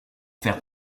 faire